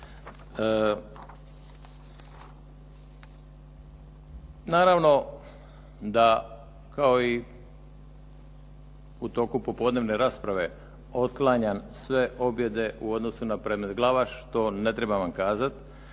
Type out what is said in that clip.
Naravno da kao i u toku popodnevne rasprave otklanjam sve objede u odnosu na predmet Glavaš. To ne trebam vam kazati.